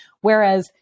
Whereas